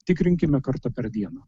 tikrinkime kartą per dieną